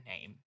name